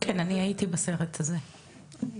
כן, אני הייתי בסרט הזה, יצאתי.